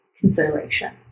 consideration